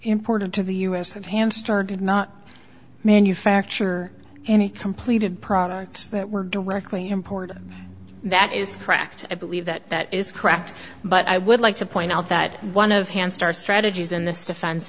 important to the u s that hamster did not manufacture any completed products that were directly imported that is correct i believe that that is correct but i would like to point out that one of hand star strategies in this defense